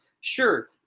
Sure